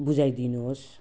बुझाइदिनु होस्